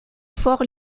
fort